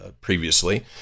previously